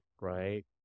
right